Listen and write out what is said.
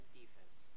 defense